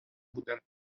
будинку